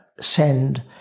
send